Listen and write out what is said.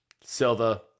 silva